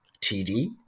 TD